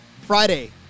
Friday